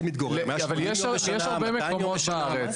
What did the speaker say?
יש הרבה מקומות בארץ.